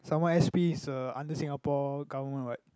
some more s_p is uh under Singapore government what